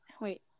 wait